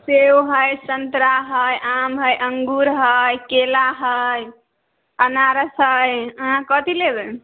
सेब हइ सन्तरा हइ आम हइ अङ्गूर हइ केला हइ अनारस हइ अहाँ कथी लेबै